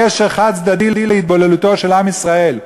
גשר חד-צדדי להתבוללותו של עם ישראל.